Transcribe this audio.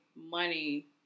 Money